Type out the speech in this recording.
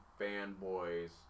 fanboys